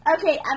Okay